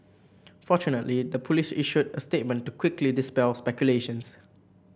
fortunately the police issued a statement to quickly dispel speculations